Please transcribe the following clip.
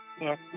Yes